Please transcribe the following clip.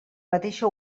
mateixa